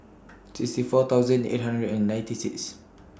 sixty four thousand eight hundred and ninety six